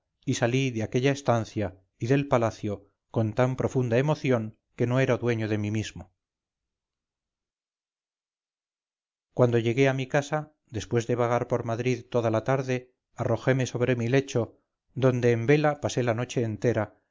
y salí de aquella estancia y del palacio con tan profunda emoción que no era dueño de mí mismo cuando llegué a mi casa después de vagar por madrid toda la tarde arrojeme sobre mi lecho donde en vela pasé la noche entera